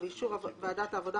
ובאישור ועדת העבודה,